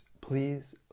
Please